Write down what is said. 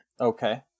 Okay